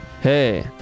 Hey